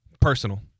Personal